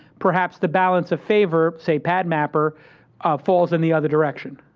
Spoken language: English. perhaps, the balance of favor, say, padmapper falls in the other direction.